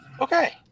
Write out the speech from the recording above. Okay